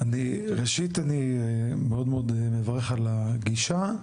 ראשית אני מאוד מברך על הפגישה,